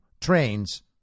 trains